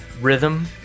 rhythm